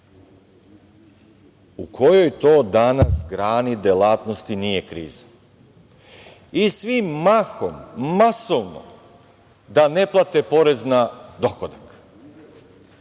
U kojoj to danas grani delatnosti nije kriza? Svi bi mahom, masovno, da ne plate porez na dohodak.